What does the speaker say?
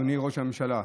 אדוני ראש הממשלה,